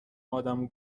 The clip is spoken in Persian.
آدمو